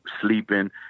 sleeping